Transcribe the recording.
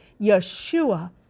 Yeshua